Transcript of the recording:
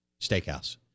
steakhouse